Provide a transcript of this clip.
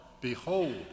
behold